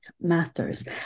masters